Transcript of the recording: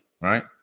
right